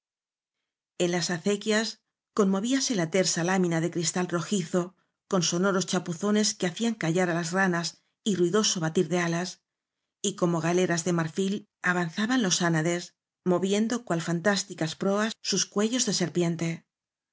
en las acequias conmovíase la tersa lámina de cristal rojizo con sono ros chapuzones que hacían callar á las ranas y ruido so batir de alas y como galeras de marfil avan zaban los ánades mo viendo cual fantásti cas proas sus cuellos de serpiente